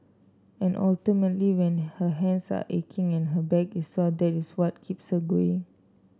and ultimately when her hands are aching and her back is sore that is what keeps her going